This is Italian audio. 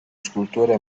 scultore